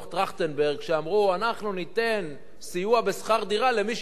שאמרו: אנחנו ניתן סיוע בשכר דירה למי שיוצא מהתור.